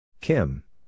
Kim